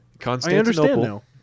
Constantinople